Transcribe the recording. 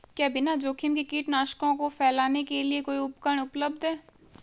क्या बिना जोखिम के कीटनाशकों को फैलाने के लिए कोई उपकरण उपलब्ध है?